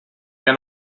can